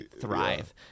Thrive